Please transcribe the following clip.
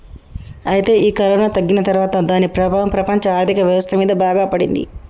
అయితే ఈ కరోనా తగ్గిన తర్వాత దాని ప్రభావం ప్రపంచ ఆర్థిక వ్యవస్థ మీద బాగా పడింది